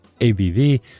ABV